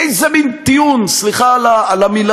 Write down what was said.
איזה מין טיעון, סליחה על המילה,